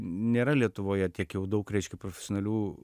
nėra lietuvoje tiek jau daug reiškia profesionalių